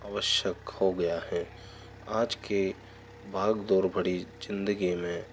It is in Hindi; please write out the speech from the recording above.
आवश्यक हो गया है आज के भाग दौड़ भरी ज़िन्दगी में